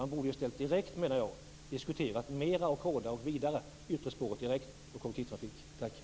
Man borde i stället direkt och mer, hårdare och vidare diskuterat det yttre spåret och kollektivtrafiken.